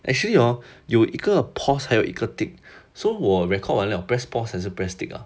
actually hor 有一个 pause 还有一个 tick so 我 record 完我 press pause 还是 press tick ah